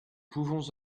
pouvons